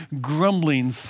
grumbling